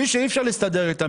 מי שאי אפשר להסתדר איתם,